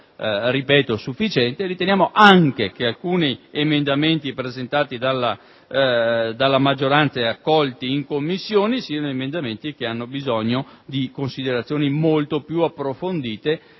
sia sufficiente. Riteniamo anche che alcuni emendamenti presentati dalla maggioranza e accolti in Commissione abbiano bisogno di considerazioni molto più approfondite